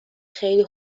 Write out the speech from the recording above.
خیلی